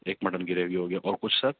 ایک mutton gravy ہو گیا اور کچھ سر